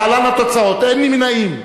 להלן התוצאות: אין נמנעים,